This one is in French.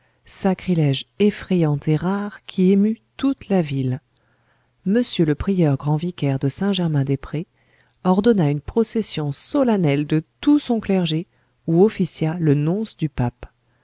sacrilège effrayant et rare qui émut toute la ville mr le prieur grand vicaire de saint-germain-des-prés ordonna une procession solennelle de tout son clergé où officia le nonce du pape